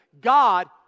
God